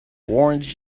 warns